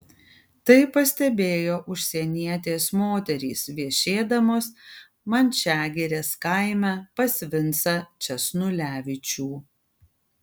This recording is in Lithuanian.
tai pastebėjo užsienietės moterys viešėdamos mančiagirės kaime pas vincą česnulevičių